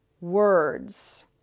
words